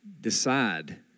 decide